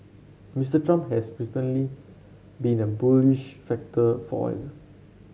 Mister Trump has recently been a bullish factor for oil